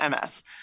MS